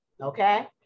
Okay